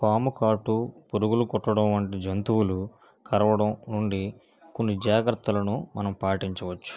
పాము కాటు పురుగులు కుట్టడం వంటి జంతువులు కరవడం నుండి కొన్ని జాగ్రత్తలను మనం పాటించవచ్చు